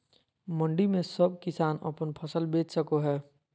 मंडी में सब किसान अपन फसल बेच सको है?